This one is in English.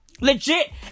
Legit